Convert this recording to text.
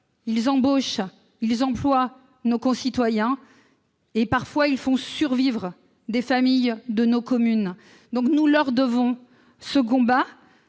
embauchent, emploient nos concitoyens et font parfois survivre des familles de nos communes. Nous leur devons ce combat.